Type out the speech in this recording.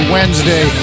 Wednesday